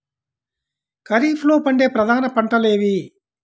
ఖరీఫ్లో పండే ప్రధాన పంటలు ఏవి?